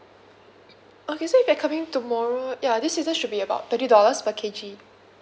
okay so if you are coming tomorrow ya this season should be about thirty dollars per K_G